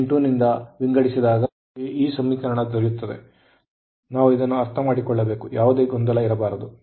ಈ ಭಾಗವನ್ನು ನಾವು ಅರ್ಥಮಾಡಿಕೊಳ್ಳಬೇಕು ಯಾವುದೇ ಗೊಂದಲ ಇರಬಾರದು